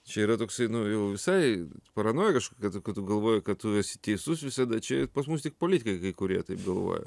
čia yra toksai nu jau visai paranoja kažkokia galvoji kad tu esi teisus visada čia pas mus tik politikai kurie taip galvoja